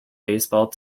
baseball